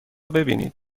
ببینید